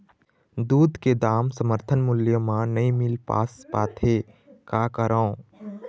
दूध के दाम समर्थन मूल्य म नई मील पास पाथे, का करों?